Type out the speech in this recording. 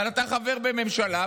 אבל אתה חבר בממשלה,